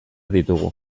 ditugu